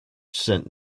sent